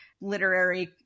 literary